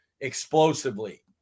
explosively